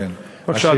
אדוני, בבקשה.